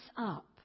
up